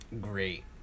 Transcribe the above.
great